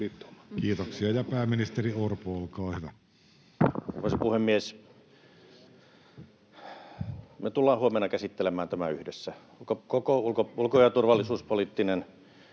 Kiitoksia. — Pääministeri Orpo, olkaa hyvä.